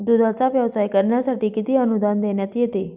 दूधाचा व्यवसाय करण्यासाठी किती अनुदान देण्यात येते?